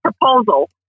proposal